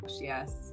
yes